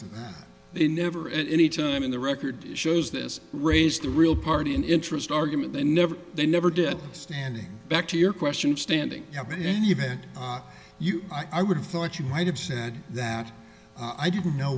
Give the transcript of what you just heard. to that they never at any time in the record shows this raised a real party in interest argument they never they never did standing back to your question standing up in any event you i would have thought you might have said that i didn't know